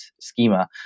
schema